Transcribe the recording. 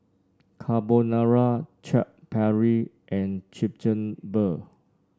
Carbonara Chaat Papri and Chigenabe